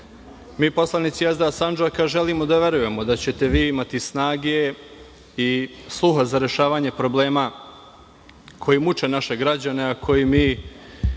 poslanici SDA Sandžaka želimo da verujemo da ćete vi imate snage i sluha za rešavanje problema koji muče naše građane, a koje mi